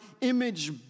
image